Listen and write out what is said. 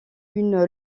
une